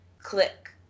Click